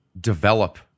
develop